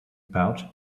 pouch